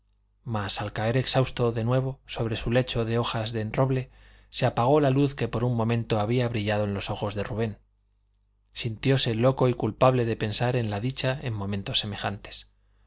mas al caer exhausto de nuevo sobre su lecho de hojas de roble se apagó la luz que por un momento había brillado en los ojos de rubén sintióse loco y culpable de pensar en la dicha en momentos semejantes